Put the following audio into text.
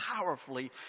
powerfully